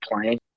playing